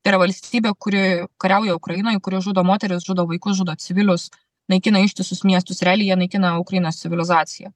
tai yra valstybė kuri kariauja ukrainoj kuri žudo moteris žudo vaikus žudo civilius naikina ištisus miestus realiai jie naikina ukrainos civilizaciją